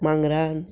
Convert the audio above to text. मांगरान